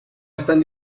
están